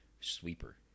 sweeper